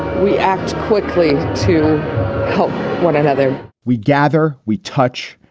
we act quickly to help one another we gather. we touch.